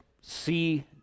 see